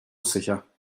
sicher